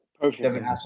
Perfect